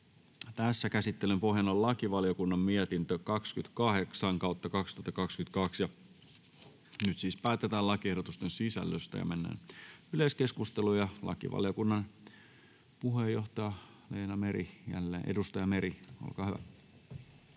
asia. Käsittelyn pohjana on lakivaliokunnan mietintö LaVM 28/2022 vp. Nyt päätetään lakiehdotuksen sisällöstä. — Mennään yleiskeskusteluun, ja lakivaliokunnan puheenjohtaja, edustaja Leena Meri jälleen, olkaa hyvä.